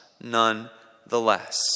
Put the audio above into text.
nonetheless